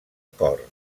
cor